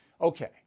Okay